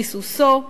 ריסוסו,